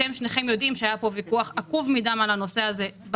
אתם שניכם יודעים שהיה כאן דיון עקוב מדם בנושא הזה.